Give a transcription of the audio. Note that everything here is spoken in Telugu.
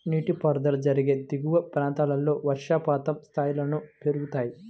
నీటిపారుదల జరిగే దిగువ ప్రాంతాల్లో వర్షపాతం స్థాయిలను పెరుగుతాయి